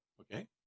Okay